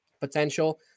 Potential